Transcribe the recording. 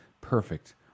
Perfect